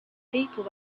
people